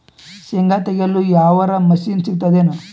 ಶೇಂಗಾ ತೆಗೆಯಲು ಯಾವರ ಮಷಿನ್ ಸಿಗತೆದೇನು?